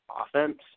offense